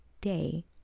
day